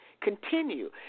continue